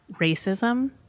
racism